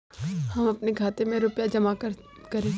हम अपने खाते में रुपए जमा कैसे करें?